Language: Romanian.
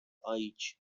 aici